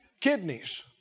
kidneys